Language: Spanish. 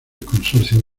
consorcio